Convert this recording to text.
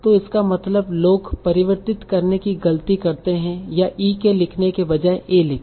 तो इसका मतलब लोग परिवर्तित करने की गलती करते हैं या e के लिखने के बजाय a लिखा